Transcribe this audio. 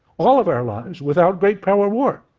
all of our lives, without great power war